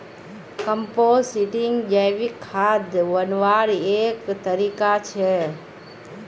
composting जैविक खाद बन्वार एक तरीका छे